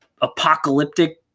apocalyptic